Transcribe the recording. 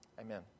Amen